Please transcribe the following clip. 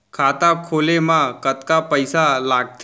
खाता खोले मा कतका पइसा लागथे?